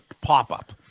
pop-up